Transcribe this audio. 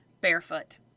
barefoot